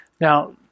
Now